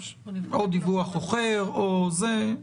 דיווח אוחר או משהו כזה.